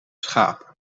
schapen